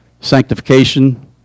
sanctification